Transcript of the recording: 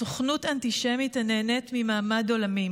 סוכנות אנטישמית הנהנית ממעמד עולמי,